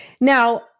Now